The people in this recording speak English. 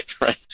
right